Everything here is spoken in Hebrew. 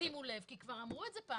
שימו לב, כי כבר אמרו את זה פעם כאן.